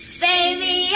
baby